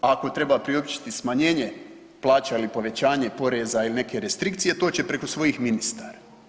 Ako treba priopćiti smanjenje plaća ili povećanje poreza ili neke restrikcije to će preko svojih ministara.